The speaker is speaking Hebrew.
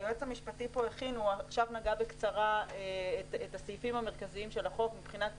היועץ המשפטי נגע בקצרה בסעיפים המרכזיים של החוק מבחינת פרסום,